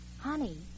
Honey